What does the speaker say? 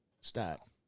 stop